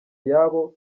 iyabo